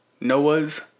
Noah's